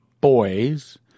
boys